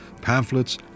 pamphlets